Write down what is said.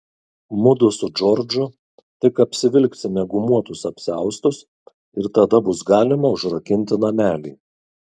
mudu su džordžu tik apsivilksime gumuotus apsiaustus ir tada bus galima užrakinti namelį